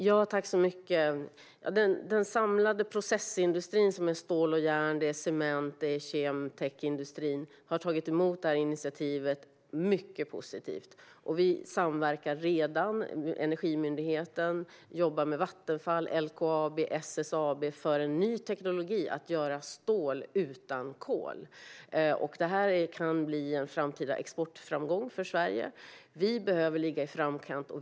Fru talman! Den samlade processindustrin - som innefattar industri som arbetar med stål, järn, cement och kemisk-teknisk verksamhet - har tagit emot detta initiativ på ett mycket positivt sätt. Vi samverkar redan - Energimyndigheten jobbar med Vattenfall, LKAB och SSAB för en ny teknik med vilken man kan tillverka stål utan kol. Detta kan bli en framtida exportframgång för Sverige. Vi behöver ligga i framkant.